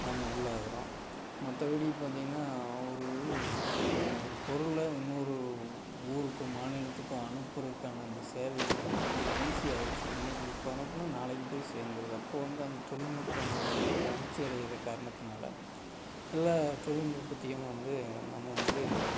நம்ம உள்ளாகுறோம் மற்றபடி பார்த்தீங்கன்னா ஒரு நம்ம ஒரு பொருளை இன்னொரு ஊருக்கோ மாநிலத்துக்கோ அனுப்புறதுக்கான அந்த சேவைகள் பார்த்தீங்கன்னா ஈஸியாக ஆயிருச்சு இன்னைக்கு இப்போ அனுப்பினா நாளைக்கு போய் சேர்ந்துருது அப்போ வந்து அந்த தொழில்நுட்பங்கள் வந்து வளர்ச்சி அடையிற காரணத்தினால எல்லா தொழில்நுட்பத்தையும் வந்து நம்ம வந்து